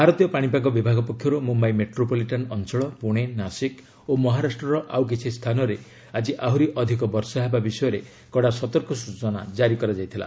ଭାରତୀୟ ପାଣିପାଗ ବିଭାଗ ପକ୍ଷରୁ ମୁମ୍ୟାଇ ମେଟ୍ରୋପଲିଟାନ୍ ଅଞ୍ଚଳ ପୁଣେ ନାଶିକ୍ ଓ ମହାରାଷ୍ଟ୍ରର ଆଉ କିଛି ସ୍ଥାନରେ ଆଜି ଆହୁରି ଅଧିକ ବର୍ଷା ହେବା ବିଷୟରେ କଡ଼ା ସତର୍କ ସ୍ୱଚନା ଜାରି କରାଯାଇଥିଲା